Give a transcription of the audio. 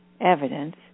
evidence